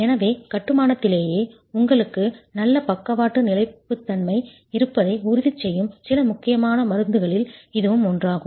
எனவே கட்டுமானத்திலேயே உங்களுக்கு நல்ல பக்கவாட்டு நிலைப்புத்தன்மை இருப்பதை உறுதிசெய்யும் சில முக்கியமான மருந்துகளில் இதுவும் ஒன்றாகும்